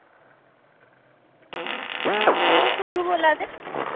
तुस कुद्धरूं बोल्ला दे